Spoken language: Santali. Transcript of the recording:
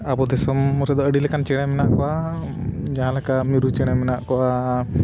ᱟᱵᱚ ᱫᱤᱥᱚᱢ ᱨᱮᱫᱚ ᱟᱹᱰᱤ ᱞᱮᱠᱟᱱ ᱪᱮᱬᱮ ᱢᱮᱱᱟᱜ ᱠᱚᱣᱟ ᱡᱟᱦᱟᱸ ᱞᱮᱠᱟ ᱢᱤᱨᱩ ᱪᱮᱬᱮ ᱢᱮᱱᱟᱜ ᱠᱚᱣᱟ